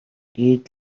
гээд